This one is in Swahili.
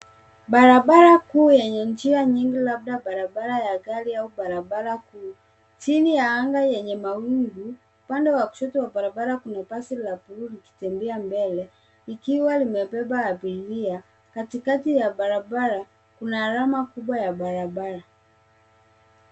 Barabara kuu yenye njia nyingi, labda barabara ya gari au barabara kuu, chini ya anga yenye mawingu. Upande wa kushoto wa barabara, kuna basi la buluu likitembea mbele likiwa limebeba abiria. Katikati ya barabara, kuna alama kubwa ya barabara.